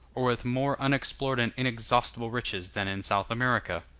or with more unexplored and inexhaustible riches than in south america?